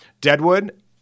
Deadwood